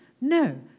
no